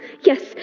Yes